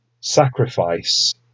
sacrifice